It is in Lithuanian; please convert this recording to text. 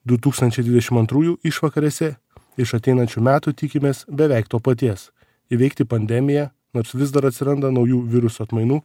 du tūkstančiai dvidešim antrųjų išvakarėse iš ateinančių metų tikimės beveik to paties įveikti pandemiją nors vis dar atsiranda naujų viruso atmainų